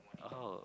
oh